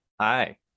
Hi